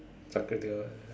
Saturday